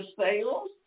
sales